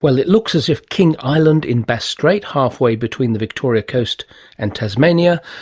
well it looks as if king island in bass strait, halfway between the victorian coast and tasmania,